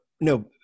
no